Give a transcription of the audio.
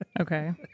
Okay